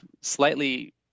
slightly